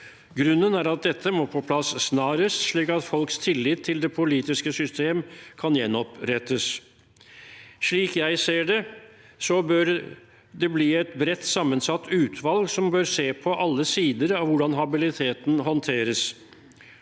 Grunnen er at dette må på plass snarest, slik at folks tillit til det politiske system kan gjenopprettes. Slik jeg ser det, bør et bredt sammensatt utvalg se på alle sider av hvordan habiliteten håndteres.